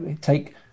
take